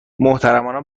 محترمانه